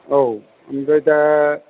औ ओमफ्राय दा